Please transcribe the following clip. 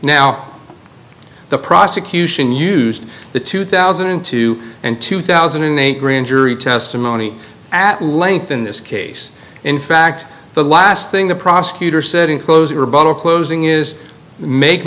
now the prosecution used the two thousand and two and two thousand and eight grand jury testimony at length in this case in fact the last thing the prosecutor said in closing rebuttal closing is make